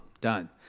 done